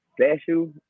special